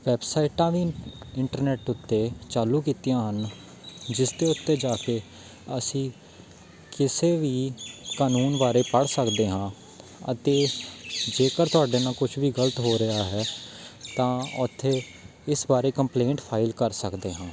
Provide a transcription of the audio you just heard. ਵੈਬਸਾਈਟਾਂ ਵੀ ਇੰਟਰਨੈੱਟ ਉੱਤੇ ਚਾਲੂ ਕੀਤੀਆਂ ਹਨ ਜਿਸ ਦੇ ਉੱਤੇ ਜਾ ਕੇ ਅਸੀਂ ਕਿਸੇ ਵੀ ਕਾਨੂੰਨ ਬਾਰੇ ਪੜ੍ਹ ਸਕਦੇ ਹਾਂ ਅਤੇ ਜੇਕਰ ਤੁਹਾਡੇ ਨਾਲ਼ ਕੁਛ ਵੀ ਗਲਤ ਹੋ ਰਿਹਾ ਹੈ ਤਾਂ ਉੱਥੇ ਇਸ ਬਾਰੇ ਕੰਪਲੇਂਟ ਫਾਈਲ ਕਰ ਸਕਦੇ ਹਾਂ